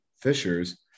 Fishers